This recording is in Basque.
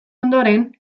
ondoren